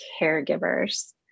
caregivers